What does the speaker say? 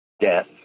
Death